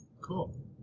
cool